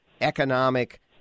economic